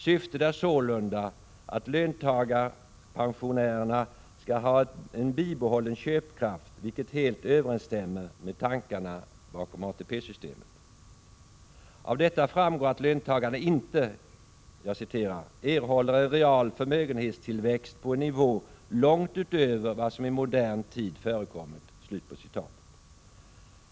Syftet är sålunda att löntagarpensionärerna skall ha en bibehållen köpkraft, vilket helt överensstämmer med tankarna bakom ATP-systemet. Av detta framgår att löntagarna inte ”erhåller en real förmögenhetstillväxt på en nivå långt utöver vad som i modern tid förekommit”.